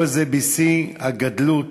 כל זה בשיא הגדלות